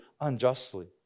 unjustly